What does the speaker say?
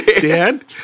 Dad